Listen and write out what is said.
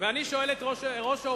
ואני שואל את ראש האופוזיציה,